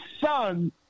son